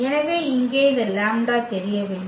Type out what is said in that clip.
எனவே இங்கே இந்த லாம்ப்டா தெரியவில்லை